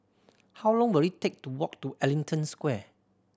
how long will it take to walk to Ellington Square